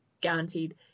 guaranteed